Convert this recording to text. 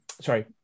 Sorry